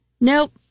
Nope